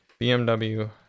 bmw